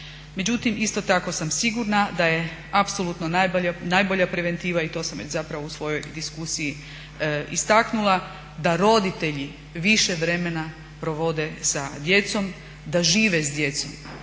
Međutim, isto tako sam sigurna da je apsolutno najbolja preventiva i to sam već zapravo u svojoj diskusiji istaknula da roditelji više vremena provode sa djecom, da žive s djecom,